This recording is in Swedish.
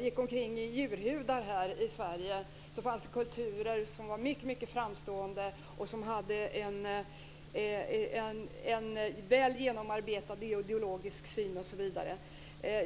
gick omkring i djurhudar här i Sverige så fanns det kulturer som var mycket framstående och som hade en väl genomarbetad ideologisk syn osv.